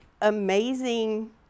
amazing